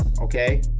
okay